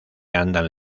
andan